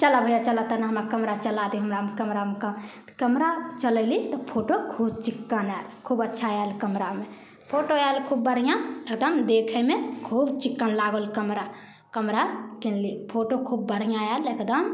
चलऽ भइआ चलऽ तनि हमरा कैमरा चला दे हमरा कैमरामे कैमरा चलैली तऽ फोटो खूब चिक्कन आएल खूब अच्छा आएल कैमरामे फोटो आएल खूब बढ़िआँ तऽ तहन देखैमे खूब चिक्कन लागल कैमरा कैमरा किनली फोटो खूब बढ़िआँ आएल एकदम